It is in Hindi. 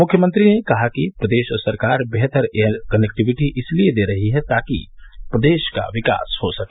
मुख्यमंत्री ने कहा कि प्रदेश सरकार बेहतर एयर कनेक्टिविटी इसलिए दे रही है ताकि प्रदेश का विकास हो सके